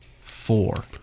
four